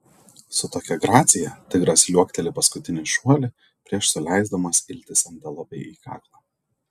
su tokia gracija tigras liuokteli paskutinį šuolį prieš suleisdamas iltis antilopei į kaklą